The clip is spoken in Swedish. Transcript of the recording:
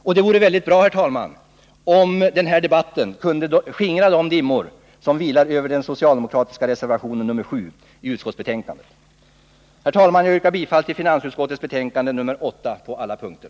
Och det vore väldigt bra, herr talman, om den här debatten kunde skingra de dimmor som vilar över den socialdemokratiska reservationen nr 7 i utskottsbetänkandet. Herr talman! Jag yrkar bifall till hemställan i finansutskottets betänkande nr 8 på alla punkter.